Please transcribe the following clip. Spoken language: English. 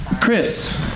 Chris